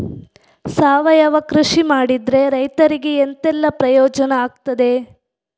ಸಾವಯವ ಕೃಷಿ ಮಾಡಿದ್ರೆ ರೈತರಿಗೆ ಎಂತೆಲ್ಲ ಪ್ರಯೋಜನ ಆಗ್ತದೆ?